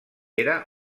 era